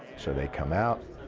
so they come out,